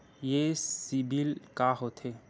ये सीबिल का होथे?